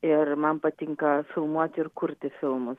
ir man patinka filmuoti ir kurti filmu